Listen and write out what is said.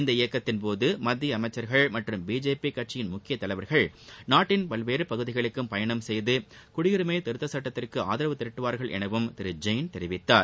இந்த இயக்கத்தின் போது மத்திய அமைச்சர்கள் மற்றும் பிஜேபி கட்சியின் முக்கிய தலைவர்கள் நாட்டின் பல்வேறு பகுதிகளுக்கும் பயணம் செய்து குடியுரிமை திருத்த சட்டத்திற்கு ஆதரவு திரட்டுவார்கள் எனவும் திரு ஜெயின் தெரிவித்தார்